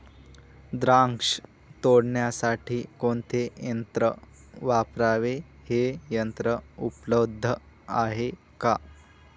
द्राक्ष तोडण्यासाठी कोणते यंत्र वापरावे? हे यंत्र उपलब्ध आहे का?